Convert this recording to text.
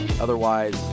Otherwise